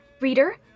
reader